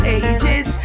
ages